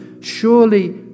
Surely